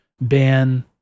ban